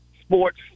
sports